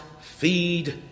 feed